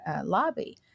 lobby